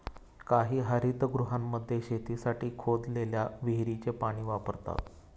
काही हरितगृहांमध्ये शेतीसाठी खोदलेल्या विहिरीचे पाणी वापरतात